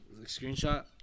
screenshot